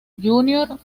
junior